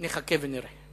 נחכה ונראה.